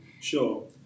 Sure